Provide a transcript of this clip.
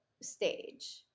stage